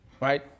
right